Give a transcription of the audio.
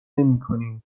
نمیکنیم